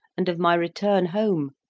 and of my return home,